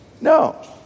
No